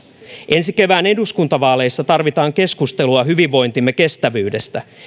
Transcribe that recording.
ensi kevään eduskuntavaaleissa tarvitaan keskustelua hyvinvointimme kestävyydestä